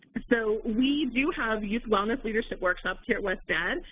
so we do have youth wellness leadership workshops here at wested,